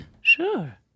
Sure